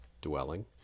dwelling